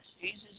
Jesus